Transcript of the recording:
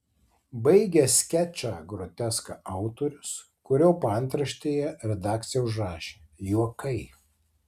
baigia skečą groteską autorius kurio paantraštėje redakcija užrašė juokai